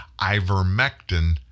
Ivermectin